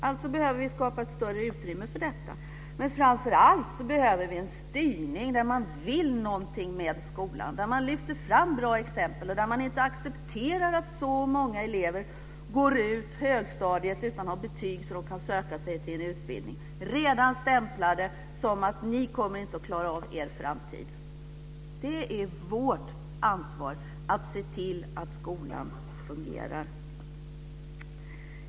Alltså behöver vi skapa ett större utrymme för detta. Men framför allt behöver vi en styrning som innebär att man vill någonting med skolan, där man lyfter fram bra exempel och där man inte accepterar att så många elever går ut högstadiet utan betyg, så att de inte kan söka sig till en utbildning, redan stämplade som att de inte kommer att klara av sin framtid. Det är vårt ansvar att se till att skolan fungerar.